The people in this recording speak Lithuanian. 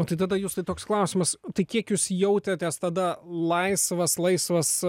o tai tada justai toks klausimas tai kiek jūs jautėtės tada laisvas laisvas